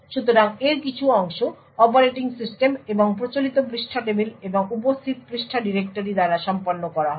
সুতরাং এর কিছু অংশ অপারেটিং সিস্টেম এবং প্রচলিত পৃষ্ঠা টেবিল এবং উপস্থিত পৃষ্ঠা ডিরেক্টরি দ্বারা সম্পন্ন করা হয়